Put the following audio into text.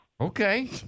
Okay